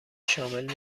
شامل